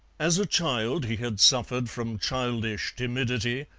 as a child he had suffered from childish timidity,